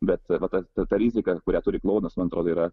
bet va ta ta rizika kurią turi klounas man atrodo yra